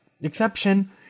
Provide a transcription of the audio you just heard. exception